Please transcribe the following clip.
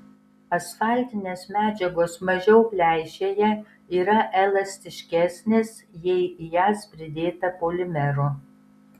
asfaltinės medžiagos mažiau pleišėja yra elastiškesnės jei į jas pridėta polimerų